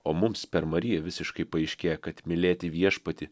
o mums per mariją visiškai paaiškėja kad mylėti viešpatį